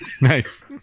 Nice